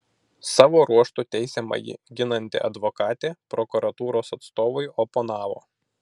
savo ruožtu teisiamąjį ginanti advokatė prokuratūros atstovui oponavo